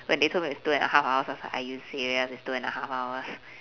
when they told me it's two and a half hours I was like are you serious it's two and a half hours